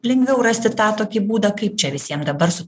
lengviau rasti tą tokį būdą kaip čia visiem dabar su